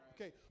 Okay